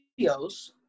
videos